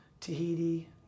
Tahiti